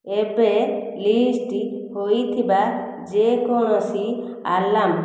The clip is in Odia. ଏବେ ଲିଷ୍ଟ ହୋଇଥିବା ଯେକୌଣସି ଆଲାର୍ମ